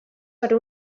per